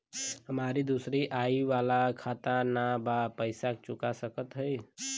हमारी दूसरी आई वाला खाता ना बा पैसा चुका सकत हई?